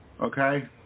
Okay